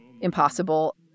impossible